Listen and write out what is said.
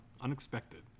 Unexpected